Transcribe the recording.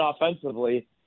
offensively